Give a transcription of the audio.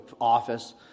office